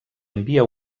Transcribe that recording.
envia